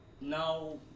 now